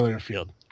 Field